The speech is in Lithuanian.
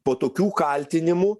po tokių kaltinimų